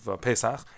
Pesach